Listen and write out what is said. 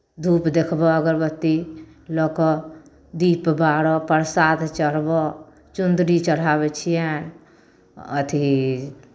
धूप देखबय अगरबत्ती लऽ कऽ दीप बारय प्रसाद चढ़बय चुन्दरी चढ़ाबै छियनि अथि